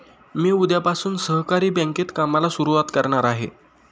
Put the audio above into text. मी उद्यापासून सहकारी बँकेत कामाला सुरुवात करणार आहे